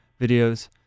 videos